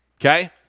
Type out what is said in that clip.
okay